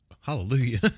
Hallelujah